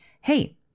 Hey